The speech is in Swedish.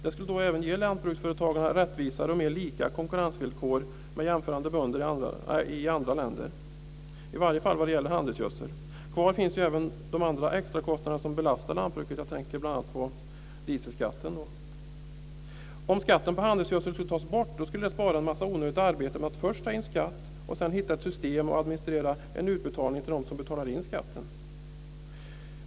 Det skulle då även ge lantbruksföretagarna rättvisare och mer lika konkurrensvillkor i förhållande till jämförbara bönder i andra länder, i varje fall när det gäller handelsgödsel. Kvar finns ju även de andra extrakostnaderna, som belastar lantbruket. Jag tänker bl.a. på dieselskatten. Om skatten på handelsgödsel skulle tas bort skulle det spara en massa onödigt arbete med att först ta in skatt och sedan hitta ett system för att administrera en utbetalning till dem som betalar in skatten.